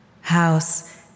House